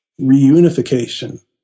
reunification